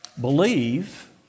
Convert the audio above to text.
believe